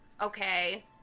okay